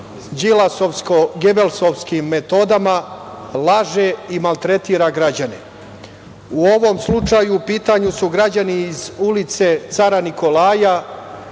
đilasovsko-gebelsofskim metodama laže i maltretira građane. U ovom slučaju u pitanju su građani iz ulice Cara Nikolaja